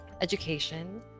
education